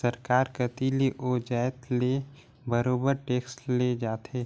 सरकार कती ले ओ जाएत ले बरोबेर टेक्स ले जाथे